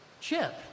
Chip